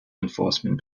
enforcement